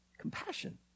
compassion